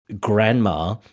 Grandma